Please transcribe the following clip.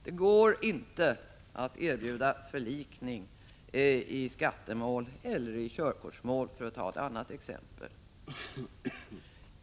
Det går inte att erbjuda förlikning i skattemål eller i körkortsmål, för att ta ett annat exempel.